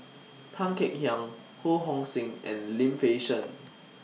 Tan Kek Hiang Ho Hong Sing and Lim Fei Shen